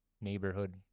neighborhood